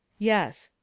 yes.